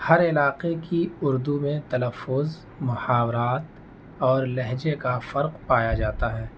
ہر علاقے کی اردو میں تلفظ محاورات اور لہجے کا فرق پایا جاتا ہے